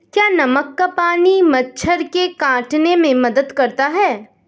क्या नमक का पानी मच्छर के काटने में मदद करता है?